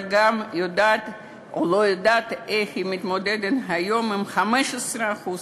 אבל גם יודעת או לא יודעת איך היא מתמודדת היום עם 15% אבטלה.